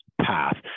path